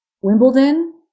Wimbledon